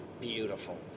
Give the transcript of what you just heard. beautiful